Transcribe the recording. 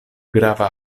grava